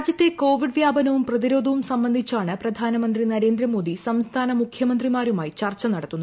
രാജ്യത്തെ കോവിഡ് വ്യാപനവും പ്രതിരോധവും സംബന്ധിച്ചാണ് പ്രധാനമന്ത്രി നരേന്ദ്രമോദി സംസ്ഥാന മുഖ്യമന്ത്രിമാരുമായി ചർച്ച നടത്തുന്നത്